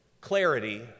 clarity